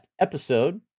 episode